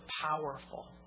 powerful